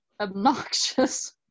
obnoxious